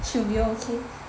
should be okay